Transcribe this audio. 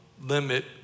limit